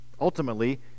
ultimately